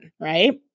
right